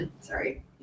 sorry